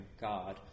God